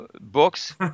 books